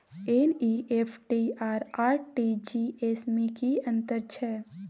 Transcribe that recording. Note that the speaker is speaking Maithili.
एन.ई.एफ.टी आ आर.टी.जी एस में की अन्तर छै?